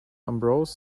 ambrose